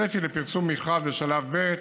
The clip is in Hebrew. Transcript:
הצפי לפרסום מכרז לשלב ב'